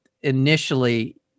initially